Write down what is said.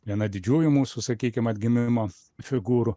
viena didžiųjų mūsų sakykim atgimimo figūrų